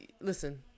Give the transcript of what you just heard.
listen